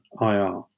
IR